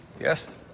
Yes